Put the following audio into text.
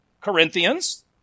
Corinthians